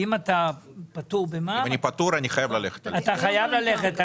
אם אתה פטור במע"מ אתה חייב ללכת.